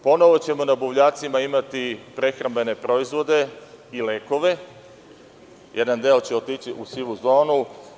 Ponovo ćemo na buvljacima imati prehrambene proizvode i lekove, jedan deo će otići u sivu zonu.